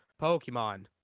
Pokemon